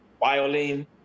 violin